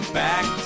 back